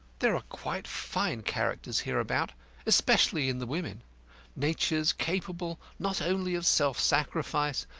there are quite fine characters hereabout especially in the women natures capable not only of self-sacrifice,